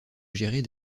gérer